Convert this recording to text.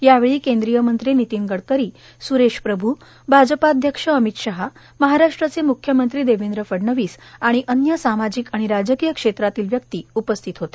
यावेळी केंद्रीय मंत्री नितीन गडकरी सुरेश प्रभू भाजप अध्यक्ष अमित शहा महाराष्ट्राचे मुख्यमंत्री देवेंद्र फडणवीस आणि अन्य सामाजिक आणि राजकीय क्षेत्रातील व्यक्ती उपस्थित होते